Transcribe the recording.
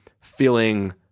feeling